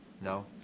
No